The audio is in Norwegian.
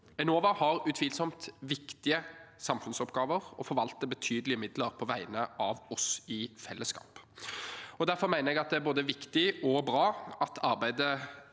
Enova har utvilsomt viktige samfunnsoppgaver og forvalter betydelige midler på vegne av oss i fellesskap. Derfor mener jeg det er både viktig og bra at arbeidet